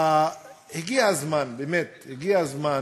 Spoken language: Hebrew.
הגיע הזמן, באמת הגיע הזמן,